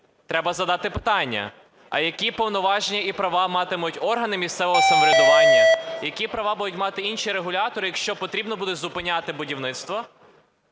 треба задати питання: а які повноваження і права матимуть органи місцевого самоврядування, які права будуть мати інші регулятори, якщо потрібно буде зупиняти будівництво.